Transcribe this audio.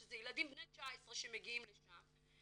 שזה ילדים בני 19 שמגיעים לשם,